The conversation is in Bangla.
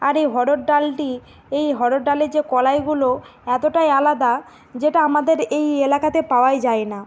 আর এই অড়হর ডালটি এই অড়হর ডালে যে কলাইগুলো এতটাই আলাদা যেটা আমাদের এই এলাকাতে পাওয়াই যায় না